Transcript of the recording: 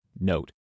Note